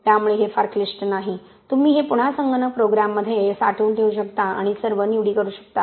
त्यामुळे हे फार क्लिष्ट नाही तुम्ही हे पुन्हा संगणक प्रोग्राममध्ये साठवून ठेवू शकता आणि सर्व निवडी करू शकता